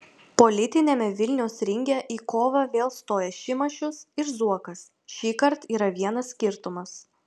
politiniame vilniaus ringe į kovą vėl stoja šimašius ir zuokas šįkart yra vienas skirtumas